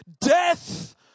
Death